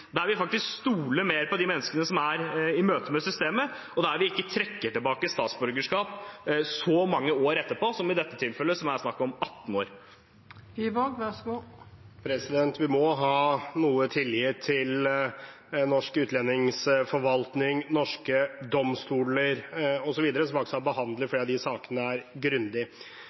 der vi ikke trekker tilbake statsborgerskap så mange år etterpå, som i dette tilfellet, der det er snakk om 18 år. Vi må ha noe tillit til norsk utlendingsforvaltning, norske domstoler osv., som faktisk har behandlet flere av disse sakene grundig.